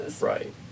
Right